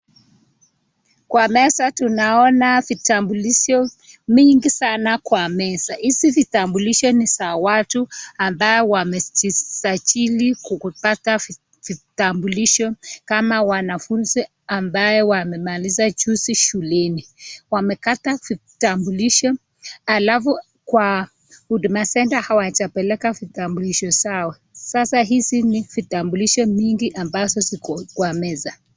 Kwa meza tunaona vitambulisho mingi sana kwa meza. Hizi vitambulisho ni za watu ambao wamejizajili kupata vitambulisho kama wanafunzi ambao wamemaliza juzi shuleni. Wamekata vitambulisho alafu kwa huduma [centre] hawajapeleka vitambulisho zao sasa hizi ni vitambulisho mingi ambazo ziko kwa meza.